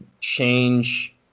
change